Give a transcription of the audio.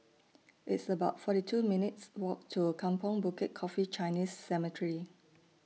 It's about forty two minutes' Walk to Kampong Bukit Coffee Chinese Cemetery